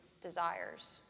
desires